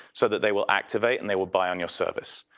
so that they will activate and they will buy on your service.